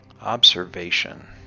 observation